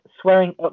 swearing